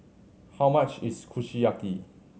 how much is Kushiyaki